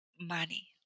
money